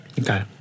Okay